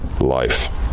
life